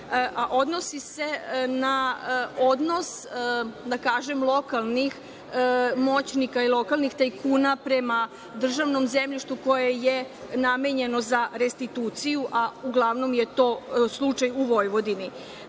odnosi se na odnos lokalnih moćnika i lokalnih tajkuna prema državnom zemljištu koje je namenjeno za restituciju, a uglavnom je to slučaj u Vojvodini. Tražim